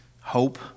hope